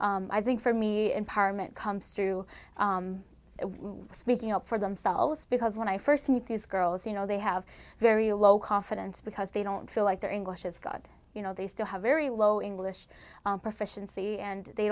come i think for me and parliament comes through speaking up for themselves because when i first meet these girls you know they have very low confidence because they don't feel like their english is god you know they still have very low english proficiency and they